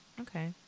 okay